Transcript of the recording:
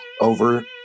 over